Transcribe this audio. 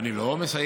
אני לא מסיים.